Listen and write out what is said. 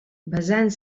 basant